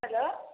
hello